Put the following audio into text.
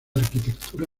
arquitectura